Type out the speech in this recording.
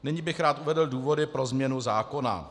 Nyní bych rád uvedl důvody pro změnu zákona.